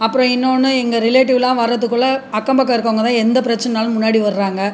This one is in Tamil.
அப்புறம் இன்னோன்னு எங்கள் ரிலேட்டிவ்லாம் வர்றதுக்குள்ள அக்கம் பக்கம் இருக்கவங்க தான் எந்த பிரச்சினன்னாலும் முன்னாடி வர்றாங்க